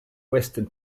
western